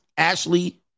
Ashley